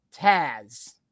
Taz